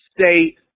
state